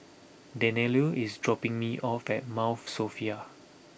Daniele is dropping me off at Mount Sophia